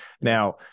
Now